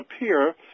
appear